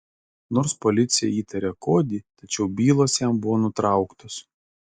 nors policija įtarė kodį tačiau bylos jam buvo nutrauktos